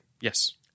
Yes